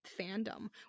fandom